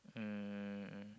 um